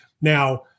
Now